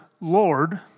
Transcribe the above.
Lord